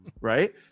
Right